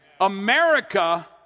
America